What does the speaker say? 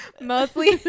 mostly